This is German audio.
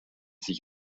sich